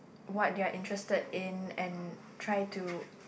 what they are interested in and try to